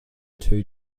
two